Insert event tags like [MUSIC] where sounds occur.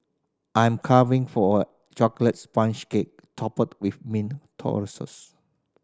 I am carving for a chocolate sponge cake topped with mint [UNINTELLIGIBLE]